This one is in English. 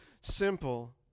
simple